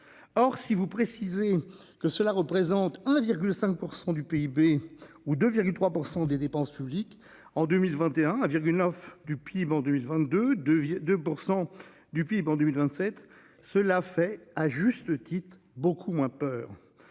Or si vous préciser que cela représente 1,5% du PIB ou de 3% des dépenses publiques en 2021 nov du PIB en 2022 de 2% du PIB en 2027, cela fait à juste titre beaucoup moins peur.